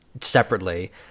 Separately